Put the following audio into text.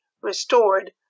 restored